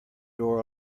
door